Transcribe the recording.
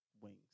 Wings